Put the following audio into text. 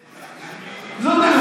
לך,